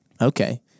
Okay